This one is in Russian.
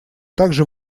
также